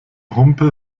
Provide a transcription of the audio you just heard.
humpe